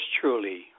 truly